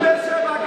גם באר-שבע,